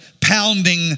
pounding